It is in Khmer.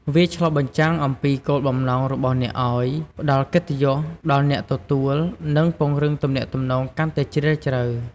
វាឆ្លុះបញ្ចាំងអំពីគោលបំណងរបស់អ្នកឱ្យ ផ្ដល់កិត្តិយសដល់អ្នកទទួល និងពង្រឹងទំនាក់ទំនងកាន់តែជ្រាលជ្រៅ។